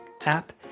app